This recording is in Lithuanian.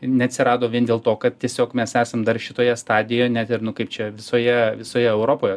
neatsirado vien dėl to kad tiesiog mes esam dar šitoje stadijoje net ir nu kaip čia visoje visoje europoje